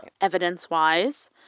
evidence-wise